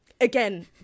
again